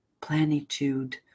plenitude